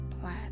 plan